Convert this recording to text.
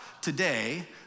today